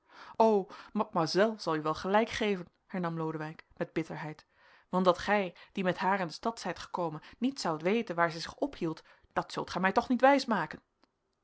o mademoiselle zal u wel gelijk geven hernam lodewijk met bitterheid want dat gij die met haar in de stad zijt gekomen niet zoudt weten waar zij zich ophield dat zult gij mij toch niet wijsmaken